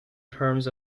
terms